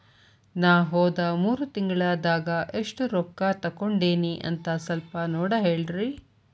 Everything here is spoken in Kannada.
ನಾ ಹೋದ ಮೂರು ತಿಂಗಳದಾಗ ಎಷ್ಟು ರೊಕ್ಕಾ ತಕ್ಕೊಂಡೇನಿ ಅಂತ ಸಲ್ಪ ನೋಡ ಹೇಳ್ರಿ